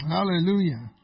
Hallelujah